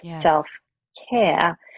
self-care